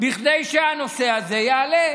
כדי שהנושא הזה יעלה.